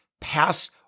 pass